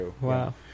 Wow